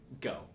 go